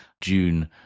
June